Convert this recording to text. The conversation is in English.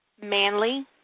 manly